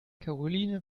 karoline